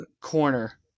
Corner